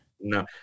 no